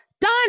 Done